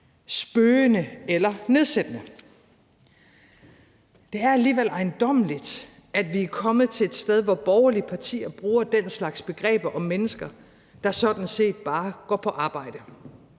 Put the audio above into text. spøgende eller nedsættende. Det er alligevel ejendommeligt, at vi er kommet til et sted, hvor borgerlige partier bruger den slags begreber om mennesker, der sådan set bare går på arbejde,